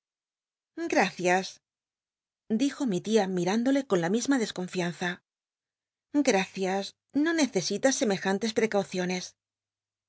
gracias dijo mi tia mirándole con la misma desconfianza gmcias no necesitais semejantes prec